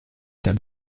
that